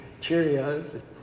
Cheerios